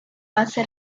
hace